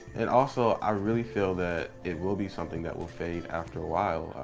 and also i really feel that it will be something that will fade after a while.